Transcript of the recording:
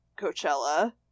Coachella